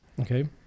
Okay